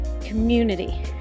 Community